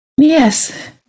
Yes